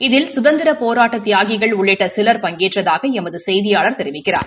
இதில் சுதந்திரப் போராட்ட தியாகிகள் உள்ளிட்ட சிலர் பங்கேற்றதாக எமது செய்தியாளர் தெரிவிக்கிறார்